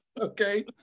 okay